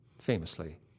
famously